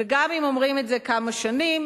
וגם אם אומרים את זה כמה שנים,